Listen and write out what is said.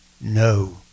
no